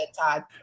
Todd